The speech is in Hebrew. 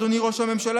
אדוני ראש הממשלה,